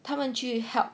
他们去 help